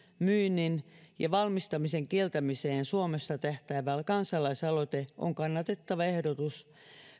myynnin ja valmistamisen kieltämiseen suomessa tähtäävä kansalaisaloite on kannatettava ehdotus